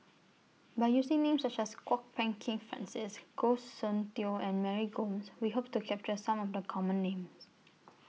By using Names such as Kwok Peng Kin Francis Goh Soon Tioe and Mary Gomes We Hope to capture Some of The Common Names